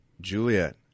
Juliet